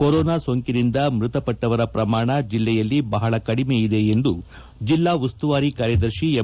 corona ಸೋಂಕಿನಿಂದ ಮೃತಪಟ್ಟವರ ಪ್ರಮಾಣ ಜಿಲ್ಲೆಯಲ್ಲಿ ಬಹಳ ಕಡಿಮೆಯಿದೆ ಎಂದು ಜಿಲ್ಲಾ ಉಸ್ತುವಾರಿ ಕಾರ್ಯದರ್ತಿ ಎಂ